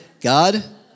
God